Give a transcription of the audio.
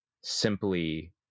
simply